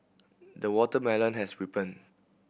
the watermelon has ripened